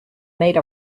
made